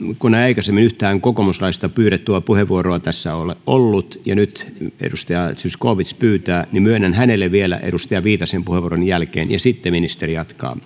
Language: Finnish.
kun ei aikaisemmin yhtään kokoomuslaista pyydettyä puheenvuoroa tässä ole ollut ja nyt edustaja zyskowicz pyytää niin myönnän vielä hänelle edustaja viitasen puheenvuoron jälkeen ja sitten ministeri jatkaa